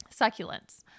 succulents